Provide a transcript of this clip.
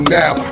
now